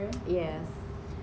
yes